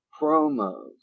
promos